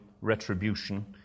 retribution